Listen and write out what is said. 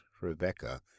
Rebecca